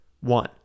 One